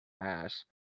ass